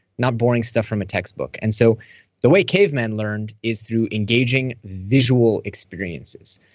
not boring stuff from a textbook and so the way caveman learned is through engaging visual experiences.